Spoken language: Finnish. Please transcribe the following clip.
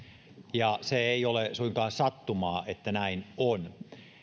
ja ei ole suinkaan sattumaa että näin on